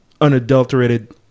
unadulterated